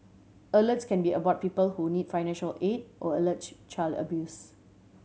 alerts can be about people who need financial aid or allege child abuse